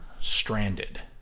stranded